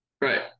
Right